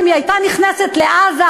אם היא הייתה נכנסת לעזה,